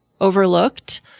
overlooked